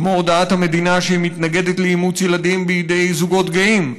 כמו הודעת המדינה שהיא מתנגדת לאימוץ ילדים בידי זוגות גאים,